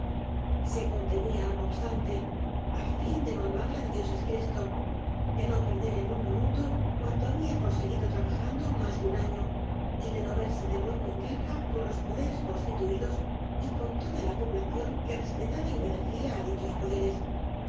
se contenía no obstante á fin de no armar la de dios es cristo de no perder en un minuto cuanto había conseguido trabajando más de un año y de no verse de nuevo en guerra con los poderes constituidos y con toda la población que respetaba y obedecía á dichos poderes